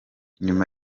nyuma